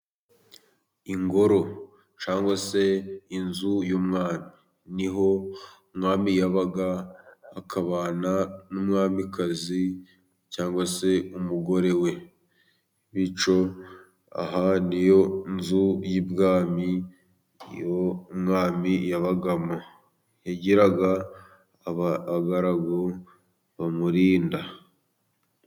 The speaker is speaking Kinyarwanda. Ingoro cyangwa se inzu y'umwami niho umwami yabaga akabana n'umwamikazi cyangwa se umugore we, bityo aha ni yo nzu y'ibwami iyo umwami yabagamo yagiraga abagaragu bamurinda.